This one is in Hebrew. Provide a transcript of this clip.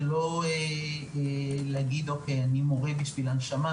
ולא להגיד: אני מורה בשביל הנשמה,